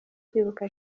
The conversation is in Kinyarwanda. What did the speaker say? kwibuka